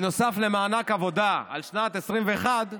נוסף למענק עבודה על שנת 2021,